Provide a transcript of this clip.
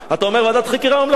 אתה אומר ועדת חקירה ממלכתית,